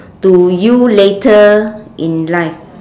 to you later in life